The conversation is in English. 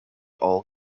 all